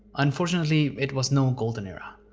unfortunately, it was no golden era.